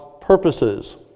purposes